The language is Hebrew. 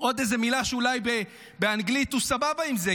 עוד איזו מילה שאולי באנגלית הוא סבבה עם זה,